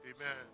amen